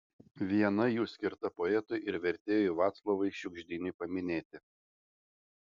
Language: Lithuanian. viena jų skirta poetui ir vertėjui vaclovui šiugždiniui paminėti